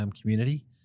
community